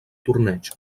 torneig